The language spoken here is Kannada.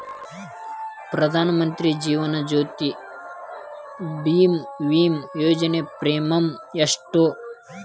ಪ್ರಧಾನ ಮಂತ್ರಿ ಜೇವನ ಜ್ಯೋತಿ ಭೇಮಾ, ವಿಮಾ ಯೋಜನೆ ಪ್ರೇಮಿಯಂ ಎಷ್ಟ್ರಿ?